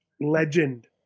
Legend